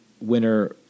winner